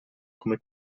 come